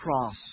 cross